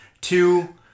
Two